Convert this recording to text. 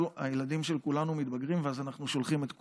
הילדים של כולנו מתבגרים ואז אנחנו שולחים את כולם,